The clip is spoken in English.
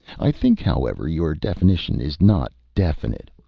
i think, however, your definition is not definite.